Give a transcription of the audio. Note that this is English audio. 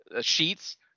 sheets